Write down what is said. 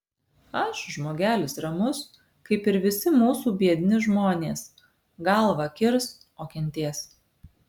aš žmogelis ramus kaip ir visi mūsų biedni žmonės galvą kirs o kentės